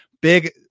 Big